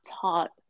taught